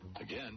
Again